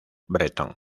bretón